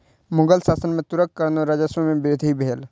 मुग़ल शासन में तूरक कारणेँ राजस्व में वृद्धि भेल